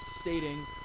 stating